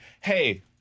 hey